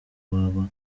waba